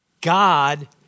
God